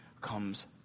comes